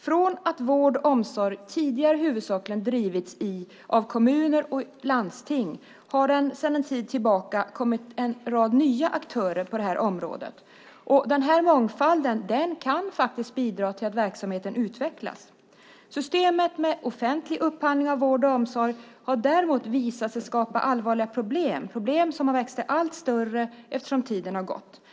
Från att vård och omsorg tidigare huvudsakligen har drivits av kommuner och landsting finns det nu sedan en tid tillbaka en rad nya aktörer på området. Den här mångfalden kan faktiskt bidra till att verksamheten utvecklas. Systemet med offentlig upphandling av vård och omsorg har däremot visat sig skapa allvarliga problem - problem som växt sig allt större allteftersom tiden gått.